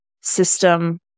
system